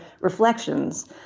reflections